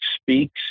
speaks